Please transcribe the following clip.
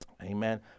Amen